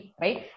right